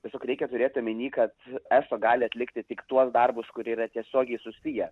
tiesiog reikia turėti omeny kad eso gali atlikti tik tuos darbus kurie yra tiesiogiai susiję